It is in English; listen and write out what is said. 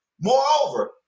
Moreover